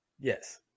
Yes